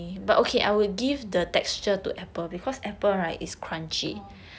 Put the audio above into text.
orh